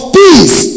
peace